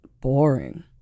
boring